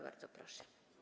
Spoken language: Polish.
Bardzo proszę.